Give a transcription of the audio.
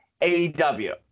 AEW